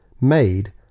made